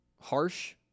harsh